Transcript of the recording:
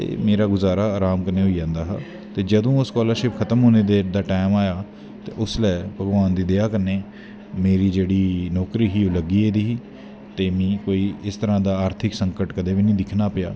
ते मेरा गुज़ारा राम कन्नै होई जंदा हा ते जदूं स्कालरशिप खत्म होनें दा टैंम आया ते उसलै भगवान दी दया कन्ने मेरी जेह्ड़ी नौकरी ही ओह् लग्गी गेदी ही ते मिगी कोई इस तरां दा आर्थिक संकट कदें बी नी दिक्खना पेआ